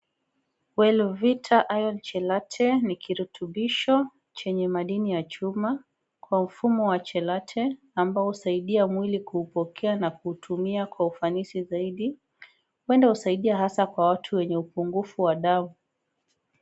Welvita, IRON CHELATE ni virutubisho chenye madini ya chuma kwa ufumo wa chellate ambao husaidia mwili kupokea na kuutumia kwa ufanisi zaidi. Huenda husaidia hasa watu wenye upungufu wa damu.